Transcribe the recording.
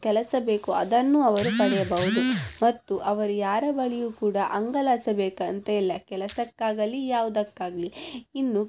ಕೆಲಸ ಬೇಕು ಅದನ್ನು ಅವರು ಪಡೆಯಬೌದು ಮತ್ತು ಅವರು ಯಾರ ಬಳಿಯೂ ಕೂಡ ಅಂಗಲಾಚಬೇಕಂತ ಇಲ್ಲ ಕೆಲಸಕ್ಕಾಗಲಿ ಯಾವುದಕ್ಕಾಗ್ಲಿ ಇನ್ನು